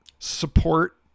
support